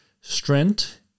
Strength